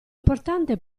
importante